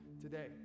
today